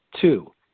Two